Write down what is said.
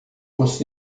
você